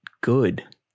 good